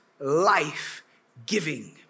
life-giving